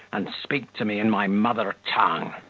and speak to me in my mother tongue.